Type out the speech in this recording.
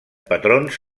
patrons